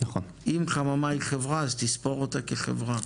אם חממה היא חברה, אז תספור אותה כחברה.